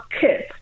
kids